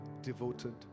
devoted